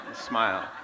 Smile